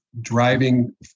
driving